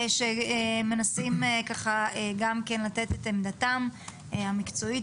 שמנסים גם כן לתת את עמדתם המקצועית.